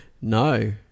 No